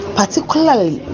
particularly